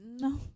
No